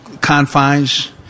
confines